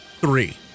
three